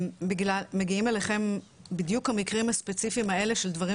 מגיעים אליכם בדיוק המקרים הספציפיים האלה של דברים